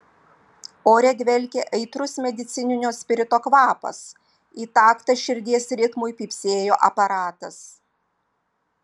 ore dvelkė aitrus medicininio spirito kvapas į taktą širdies ritmui pypsėjo aparatas